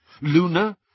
Luna